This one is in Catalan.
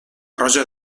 roja